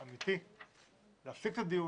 אמיתי, להפסיק את הדיון,